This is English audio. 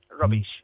Rubbish